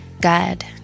God